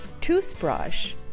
toothbrush